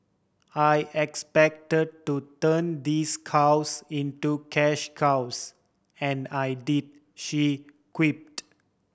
I expect to turn these cows into cash cows and I did she quipped